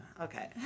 okay